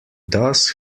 does